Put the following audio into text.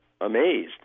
amazed